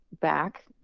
back